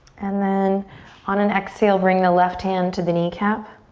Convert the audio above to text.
and then on an exhale bring the left hand to the kneecap,